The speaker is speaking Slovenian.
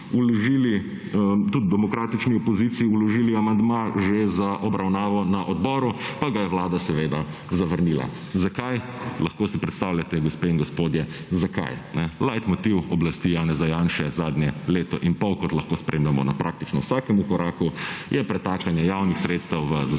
vložili, tudi v demokratični opoziciji vložili amandma že z obravnavo na odboru, pa ga je Vlada seveda zavrnila. Zakaj – lahko si predstavljate, gospe in gospodje, zakaj. / nerazumljivo/ motiv oblasti Janeza Janše zadnje leto in pol, kot lahko spremljamo na praktično vsakemu koraku, je pretakanje javnih sredstev v zasebne